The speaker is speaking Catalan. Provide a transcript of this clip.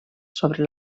sobre